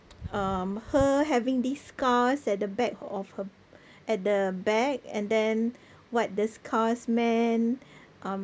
um her having these scars at the back of her at the back and then what the scars meant um